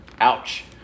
Ouch